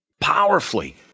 powerfully